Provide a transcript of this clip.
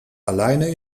alleine